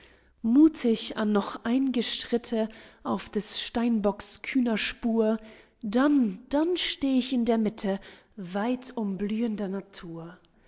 muthig an noch ein'ge schritte auf des steinbocks kühner spur dann dann steh ich in der mitte weit umblühender natur